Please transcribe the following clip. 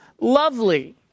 lovely